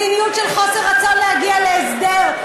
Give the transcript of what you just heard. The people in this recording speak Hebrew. מדיניות של חוסר רצון להגיע להסדר,